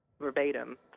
verbatim